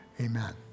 Amen